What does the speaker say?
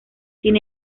sin